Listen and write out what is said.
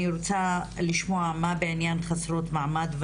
אני רוצה לשמוע מה בעניין חסרות מעמד,